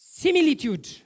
similitude